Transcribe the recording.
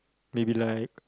maybe like